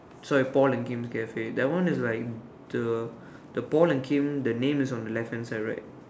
sorry Paul and Kim's cafe that one is like the the Paul and Kim the name is on the left hand side right